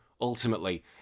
ultimately